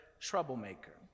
troublemaker